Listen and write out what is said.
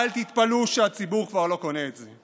אל תתפלאו שהציבור כבר לא קונה את זה.